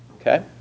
okay